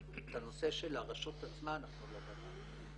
אבל את הנושא של הרשות עצמה אנחנו לא בדקנו.